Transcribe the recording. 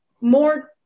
more